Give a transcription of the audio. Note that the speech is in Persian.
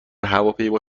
هواپیما